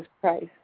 Christ